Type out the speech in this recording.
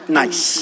nice